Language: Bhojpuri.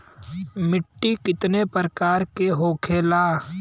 मिट्टी कितने प्रकार के होखेला?